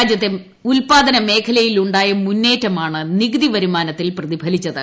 രാജ്യത്തെ ഉത്പാദന മേഖലയിലുണ്ടായ മുന്നേറ്റമാണ് നികുതി വരുമാനത്തിൽ പ്രതിഫലിച്ചത്